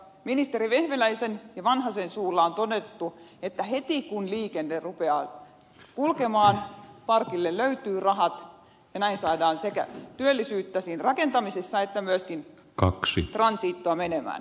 ministeri vehviläisen ja vanhasen suulla on todettu että heti kun liikenne rupeaa kulkemaan parkille löytyy rahat ja näin saadaan sekä työllisyyttä siinä rakentamisessa että myöskin transitoa menemään